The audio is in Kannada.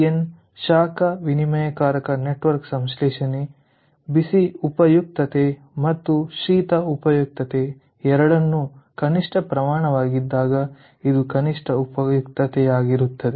ಎನ್ ಶಾಖ ವಿನಿಮಯಕಾರಕ ನೆಟ್ವರ್ಕ್ ಸಂಶ್ಲೇಷಣೆ ಬಿಸಿ ಉಪಯುಕ್ತತೆ ಮತ್ತು ಶೀತ ಉಪಯುಕ್ತತೆ ಎರಡನ್ನೂ ಕನಿಷ್ಠ ಪ್ರಮಾಣವಾಗಿದ್ದಾಗ ಇದು ಕನಿಷ್ಠ ಉಪಯುಕ್ತತೆಯಾಗಿರುತ್ತದೆ